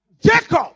Jacob